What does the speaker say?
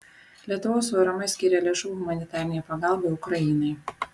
lietuvos urm skyrė lėšų humanitarinei pagalbai ukrainai